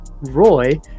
Roy